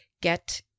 get